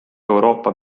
euroopa